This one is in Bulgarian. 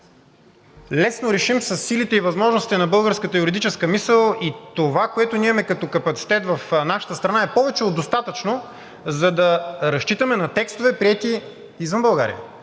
леснорешим със силите и възможностите на българската юридическа мисъл – това, което ние имаме като капацитет в нашата страна, е повече от достатъчно, за да разчитаме на текстове, приети извън България.